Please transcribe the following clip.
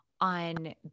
on